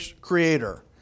creator